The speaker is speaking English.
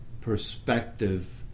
perspective